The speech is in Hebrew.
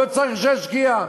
לא צריך שישקיע.